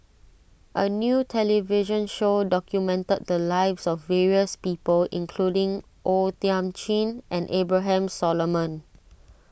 a new television show documented the lives of various people including O Thiam Chin and Abraham Solomon